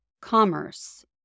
commerce